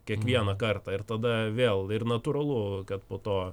kiekvieną kartą ir tada vėl ir natūralu kad po to